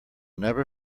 never